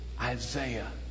Isaiah